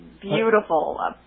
beautiful